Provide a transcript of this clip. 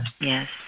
Yes